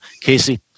Casey